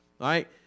right